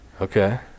Okay